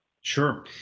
Sure